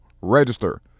Register